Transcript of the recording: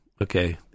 okay